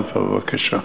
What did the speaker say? בהצלחה.